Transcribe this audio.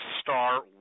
star